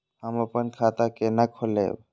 हम अपन खाता केना खोलैब?